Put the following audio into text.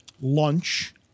lunch